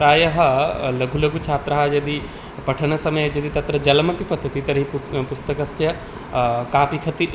प्रायः लघुलघुछात्राः यदि पठनसमये यदि तत्र जलमपि पतति तर्हि पु पुस्तकस्य कापि क्षतिः